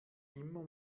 immer